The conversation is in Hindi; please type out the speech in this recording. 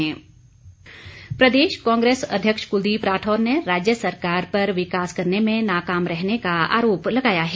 कुलदीप राठौर प्रदेश कांग्रेस अध्यक्ष कुलदीप राठौर ने राज्य सरकार पर विकास करने में नाकाम रहने का आरोप लगाया है